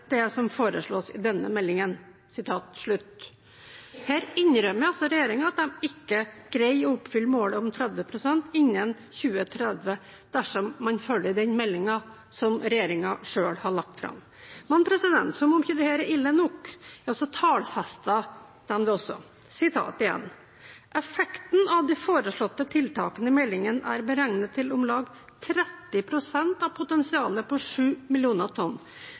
utover det som foreslås i denne meldingen.» Her innrømmer regjeringen at de ikke greier å oppfylle målet om 30 pst. innen 2030 dersom man følger den meldingen som regjeringen selv har lagt fram. Som om ikke dette er ille nok, tallfester de det også: «Effekten av de foreslåtte tiltakene i meldingen er beregnet til om lag 30 pst. av potensialet på 7 mill. tonn